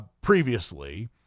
previously